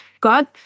God